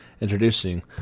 introducing